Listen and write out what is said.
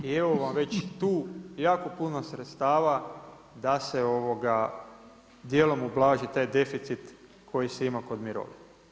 I evo vam već tu jako puno sredstava da se djelom ublaži taj deficit koji se ima kod mirovine.